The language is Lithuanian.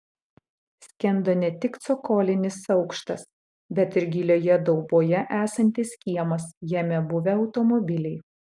skendo ne tik cokolinis aukštas bet ir gilioje dauboje esantis kiemas jame buvę automobiliai